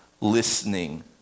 listening